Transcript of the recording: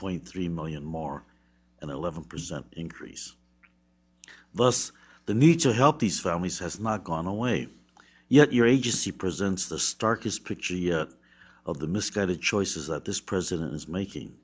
point three million more and eleven percent increase thus the need to help these families has not gone away yet your agency presents the starkest picture of the misguided choices that this president is making